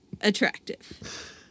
attractive